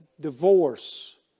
divorce